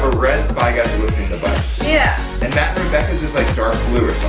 ah red spy gadget listening device. yeah. and that rebecca's is like dark blue or